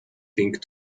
pink